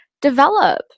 develop